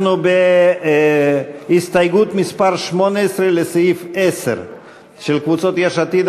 אנחנו בהסתייגות מס' 18 לסעיף 10 של קבוצות יש עתיד,